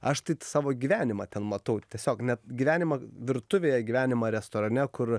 aš tai t savo gyvenimą ten matau tiesiog net gyvenimą virtuvėje gyvenimą restorane kur